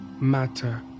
matter